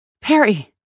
Perry